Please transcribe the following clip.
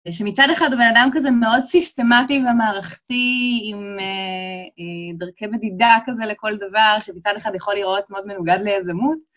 שמצד אחד הוא בן אדם כזה מאוד סיסטמטי ומערכתי, עם דרכי מדידה כזה לכל דבר, שמצד אחד יכול להראות מאוד מנוגד ליזמות.